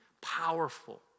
powerful